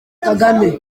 kagame